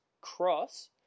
Cross